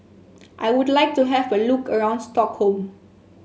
I would like to have a look around Stockholm